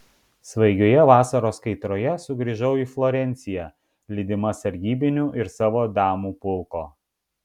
svaigioje vasaros kaitroje sugrįžau į florenciją lydima sargybinių ir savo damų pulko